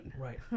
right